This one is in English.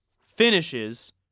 finishes